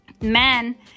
Men